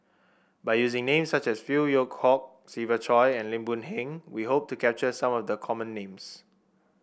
by using names such as Phey Yew Kok Siva Choy and Lim Boon Heng we hope to capture some of the common names